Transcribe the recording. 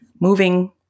moving